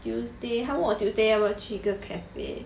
tuesday 他问我 tuesday 要不要去一个 cafe